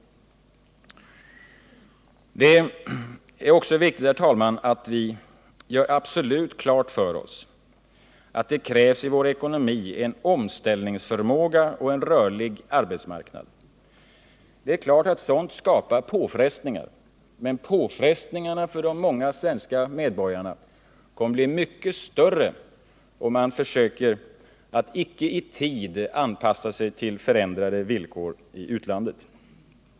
Det är också viktigt, herr talman, att vi gör absolut klart för oss att i vår ekonomi krävs omställningsförmåga och en rörlig arbetsmarknad. Sådant skapar påfrestningar, men påfrestningarna för de många svenska medborgarna kommer att bli mycket större om man underlåter att i tid anpassa sig till förändrade villkor i utlandet.